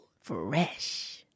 fresh